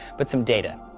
but some data.